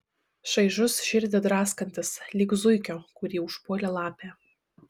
šaižus širdį draskantis lyg zuikio kurį užpuolė lapė